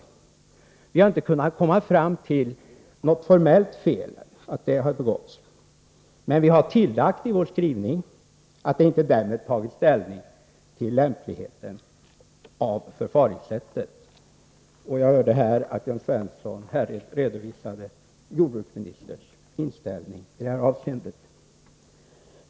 Utskottet har inte kommit fram till att något formellt fel begåtts, men har i skrivningen tillagt att vi inte därmed tagit ställning till förfaringssättets lämplighet. Jag hörde att Jörn Svensson här redovisade jordbruksministerns inställning i detta avseende.